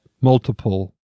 multiple